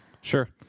Sure